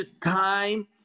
time